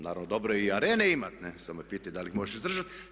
Naravno dobro je i arene imati, samo je pitanje da li ih možeš izdržati.